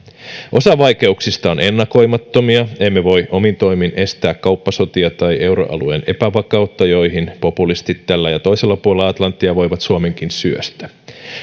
osa vaikeuksista on ennakoimattomia emme voi omin toimin estää kauppasotia tai euroalueen epävakautta joihin populistit tällä ja ja toisella puolella atlanttia voivat suomenkin syöstä